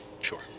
Sure